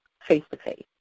face-to-face